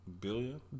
Billion